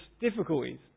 difficulties